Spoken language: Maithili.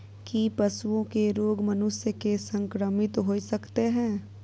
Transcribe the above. की पशुओं के रोग मनुष्य के संक्रमित होय सकते है?